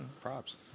props